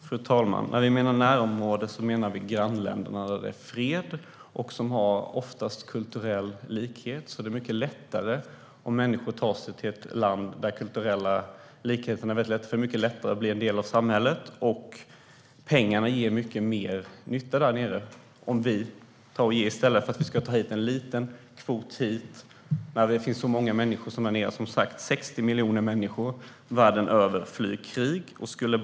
Fru talman! Med närområde menar vi de grannländer där det är fred och som oftast har en kulturell likhet. Om människor tar sig till ett land med kulturella likheter blir det mycket lättare att bli en del av samhället. Pengarna gör mycket mer nytta där nere, och vi kan ge i stället för att ta emot en liten kvot här. Det finns många människor där nere - det är som sagt 60 miljoner människor världen över som flyr från krig.